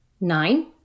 Nine